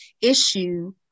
issue